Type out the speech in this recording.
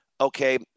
okay